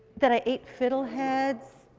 that i ate fiddleheads,